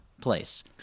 place